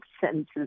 sentences